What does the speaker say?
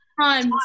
times